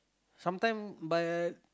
sometime but